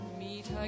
meet